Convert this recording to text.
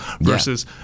versus